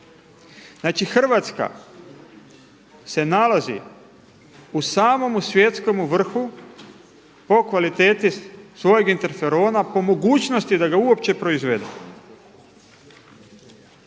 Znači, Hrvatska se nalazi u samomu svjetskomu vrhu po kvaliteti svojeg interferona po mogućnosti da ga uopće proizvedemo.